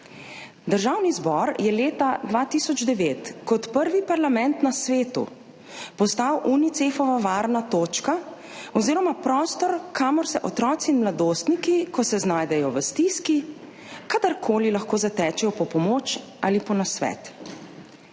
Državni zbor je leta 2009 kot prvi parlament na svetu postal Unicefova varna točka oziroma prostor, kamor se otroci in mladostniki, ko se znajdejo v stiski, kadarkoli lahko zatečejo po pomoč ali po nasvet.